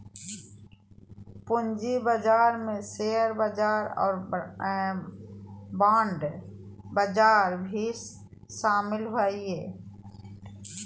पूँजी बजार में शेयर बजार और बांड बजार भी शामिल हइ